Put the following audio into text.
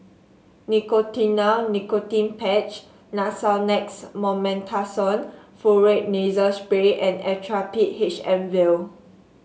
Nicotinell Nicotine Patch Nasonex Mometasone Furoate Nasal Spray and Actrapid H M vial